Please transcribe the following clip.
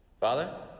father,